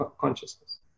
consciousness